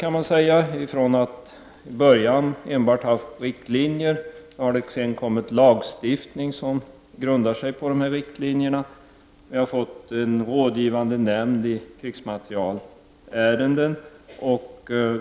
I början var det endast riktlinjer. Sedan har det kommit en lagstiftning som grundar sig på riktlinjerna. Dessutom har vi fått en rådgivande nämnd som skall arbeta med krigsmaterielärenden.